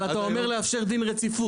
אבל אתה אומר לאפשר דין רציפות,